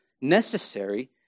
necessary